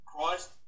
Christ